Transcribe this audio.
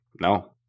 No